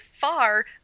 far